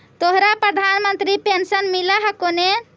तोहरा प्रधानमंत्री पेन्शन मिल हको ने?